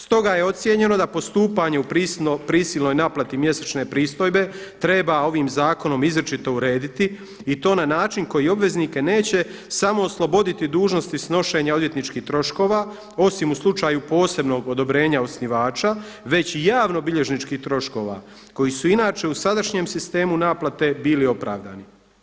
Stoga je ocijenjeno da postupanje u prisilnoj naplati mjesečne pristojbe treba ovim zakonom izričito urediti i to na način koji obveznike neće samo osloboditi dužnosti snošenja odvjetničkih troškova osim u slučaju posebnog odobrenja osnivača, već i javno bilježničkih troškova koji su inače u sadašnjem sistemu naplate bili opravdani.